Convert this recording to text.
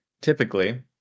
Typically